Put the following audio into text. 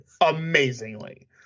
amazingly